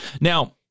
now